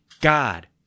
god